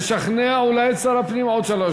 לשכנע אולי את שר הפנים עוד שלוש